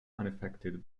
unaffected